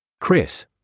Chris